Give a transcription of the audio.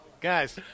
Guys